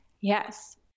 Yes